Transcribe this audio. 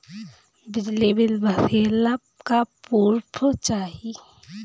बिजली बिल भरे ला का पुर्फ चाही?